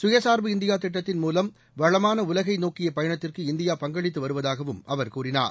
சுயசார்பு இந்தியா திட்டத்தின்மூலம் வளமான உலகை நோக்கிய பயணத்திற்கு இந்தியா பங்களித்து வருவதாகவும் அவர் கூறினார்